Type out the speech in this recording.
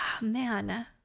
man